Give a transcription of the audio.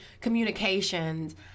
communications